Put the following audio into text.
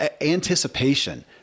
anticipation